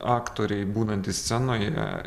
aktoriai būnantys scenoje